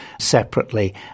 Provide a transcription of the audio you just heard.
separately